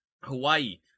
Hawaii